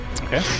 Okay